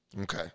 Okay